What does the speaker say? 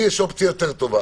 לי יש אופציה יותר טובה.